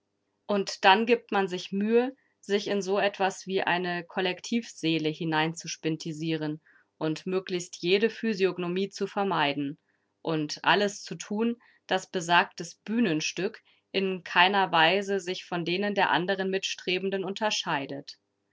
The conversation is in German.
und dann gibt man sich mühe sich in so etwas wie eine kollektivseele hineinzuspintisieren und möglichst jede physiognomie zu vermeiden und alles zu tun daß besagtes bühnenstück in keiner weise sich von denen der anderen mitstrebenden unterscheidet